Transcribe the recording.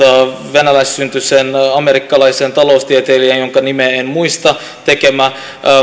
venäläissyntyisen amerikkalaisen taloustieteilijän jonka nimeä en muista tekemä